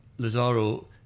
Lazaro